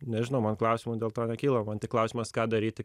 nežinau man klausimų dėl to nekyla man tik klausimas ką daryti